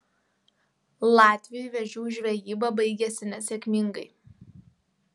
latviui vėžių žvejyba baigėsi nesėkmingai